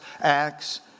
acts